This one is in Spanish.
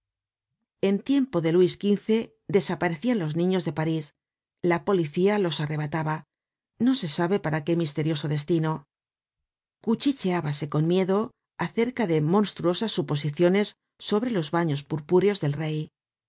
en tiempo de luis xv desaparecian los niños de parís la policía los arrebataba no se sabe para qué misterioso destino cuchicheábase con miedo acerca de monstruosas suposiciones sobre los baños purpúreos del rey